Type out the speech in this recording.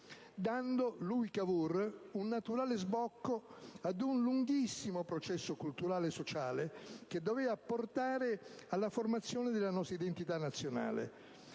dando un naturale sbocco ad un lunghissimo processo culturale e sociale che doveva portare alla formazione della nostra identità nazionale.